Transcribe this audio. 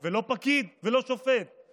יוליה, יוליה, את